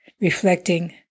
Reflecting